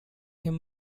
him